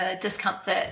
discomfort